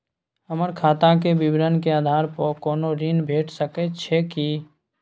हमर खाता के विवरण के आधार प कोनो ऋण भेट सकै छै की?